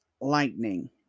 lightning